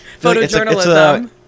Photojournalism